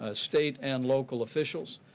ah state and local officials.